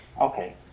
Okay